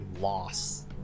loss